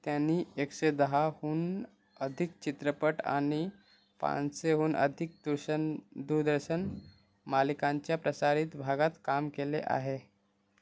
त्यांनी एकशे दहाहून अधिक चित्रपट आणि पाचशेहून अधिक दूषन दूरदर्शन मालिकांच्या प्रसारित भागात काम केले आहे